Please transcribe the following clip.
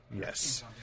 Yes